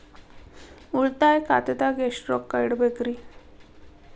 ಉಳಿತಾಯ ಖಾತೆದಾಗ ಎಷ್ಟ ರೊಕ್ಕ ಇಡಬೇಕ್ರಿ?